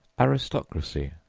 aristocracy,